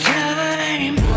time